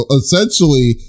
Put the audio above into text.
essentially